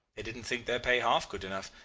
they didn't think their pay half good enough.